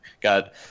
got